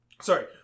sorry